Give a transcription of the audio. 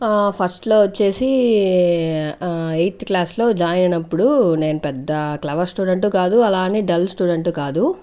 first లో వచ్చేసి eighth class లో జాయిన్ అయినప్పుడు నేను పెద్ద క్లవర్ స్టూడెంటు కాదు అలానే డల్ స్టూడెంటు కాదు